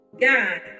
God